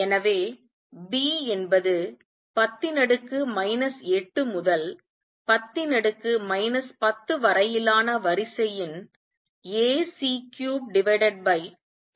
எனவே B என்பது 10 8 முதல் 10 10 வரையிலான வரிசையின் Ac38πh3 ஆகும்